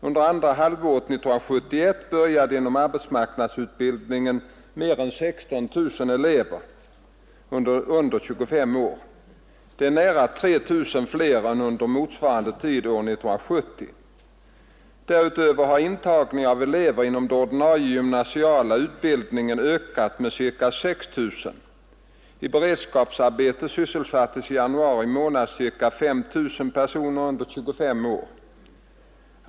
Under andra halvåret 1971 började inom arbetsmarknadsutbildningen mer än 16 000 elever under 25 år. Det är nära 3 000 fler än under motsvarande tid år 1970. Därutöver har intagningen av elever inom den ordinarie gymnasiala utbildningen ökat med ca 6 000. I beredskapsarbeten sysselsattes i januari månad ca 5 000 personer under 25 år.